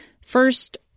First